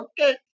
okay